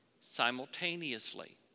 simultaneously